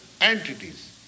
entities